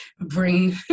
bring